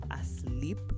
asleep